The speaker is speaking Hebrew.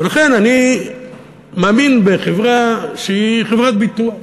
ולכן אני מאמין בחברה שהיא חברת ביטוח,